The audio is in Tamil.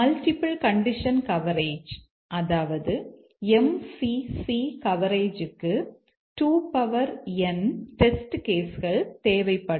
மல்டிபிள் கண்டிஷன் கவரேஜ் அதாவது MCC கவரேஜுக்கு 2n டெஸ்ட் கேஸ் கள் தேவைப்படும்